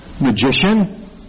magician